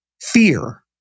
fear